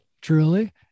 truly